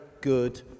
good